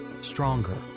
stronger